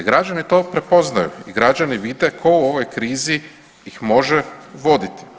Građani to prepoznaju i građani vide ko u ovoj krizi ih može voditi.